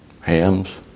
hams